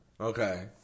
Okay